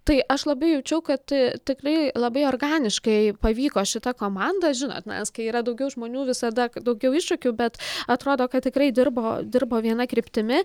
tai aš labiau jaučiau kad tikrai labai organiškai pavyko šita komanda žinot nes kai yra daugiau žmonių visada daugiau iššūkių bet atrodo kad tikrai dirbo dirbo viena kryptimi